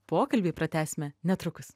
pokalbį pratęsime netrukus